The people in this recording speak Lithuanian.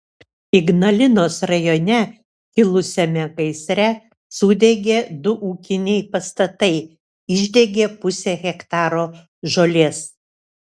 ignalinos rajone kilusiame gaisre sudegė du ūkiniai pastatai išdegė pusė hektaro žolės